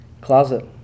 closet